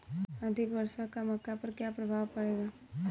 अधिक वर्षा का मक्का पर क्या प्रभाव पड़ेगा?